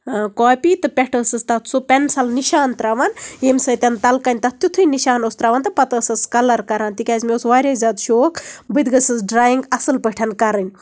copy تہٕ پٮ۪ٹھٕ ٲسٕس تَتھ سُہ پیٚنسَل نِشانہٕ تراوان ییٚمہِ سۭتۍ تَلہٕ کٔنۍ تَتھ تِتُھے نِشانہٕ اوس تراوان تہٕ پَتہٕ ٲسٕس کَلر کران تِکیازِ مےٚ اوس واریاہ زیادٕ شوق بہٕ تہِ گٔژھس ڈریِنگ اَصٕل پٲٹھۍ کَرٕنۍ